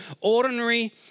ordinary